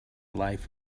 life